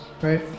right